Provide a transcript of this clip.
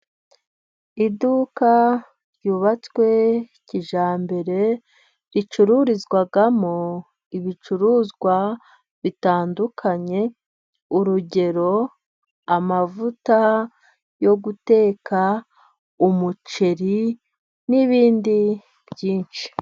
Iduka ryubatswe kijyambere ricururizwamo ibicuruzwa bitandukanye. Urugero amavuta yo guteka, umuceri, n'ibindi byinshi.